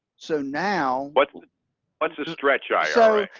so now what what's a stretch ira?